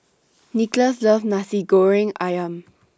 Nickolas loves Nasi Goreng Ayam